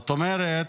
זאת אומרת,